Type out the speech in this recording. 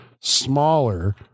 smaller